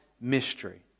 mystery